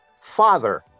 father